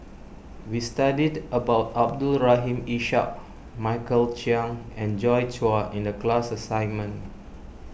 we studied about Abdul Rahim Ishak Michael Chiang and Joi Chua in the class assignment